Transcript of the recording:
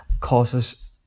causes